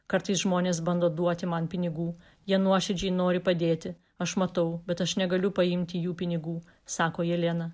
kartais žmonės bando duoti man pinigų jie nuoširdžiai nori padėti aš matau bet aš negaliu paimti jų pinigų sako jelena